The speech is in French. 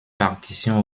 partition